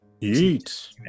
eat